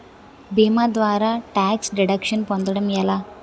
భీమా ద్వారా tax deduction పొందటం ఎలా?